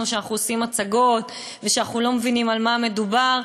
שאנחנו עושים הצגות ושאנחנו לא מבינים על מה מדובר,